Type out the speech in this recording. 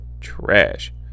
trash